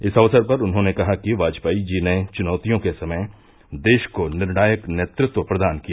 इस अवसर पर उन्होंने कहा कि वाजपेयी जी ने चुनौतियों के समय देश को निर्णायक नेतृत्व प्रदान किया